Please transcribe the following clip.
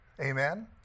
Amen